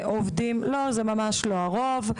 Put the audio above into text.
לא, זה ממש לא הרוב.